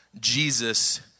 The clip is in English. Jesus